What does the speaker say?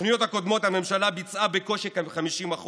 בתוכניות הקודמות הממשלה ביצעה בקושי 50%,